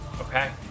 Okay